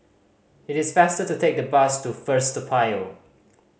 it is faster to take the bus to First Toa Payoh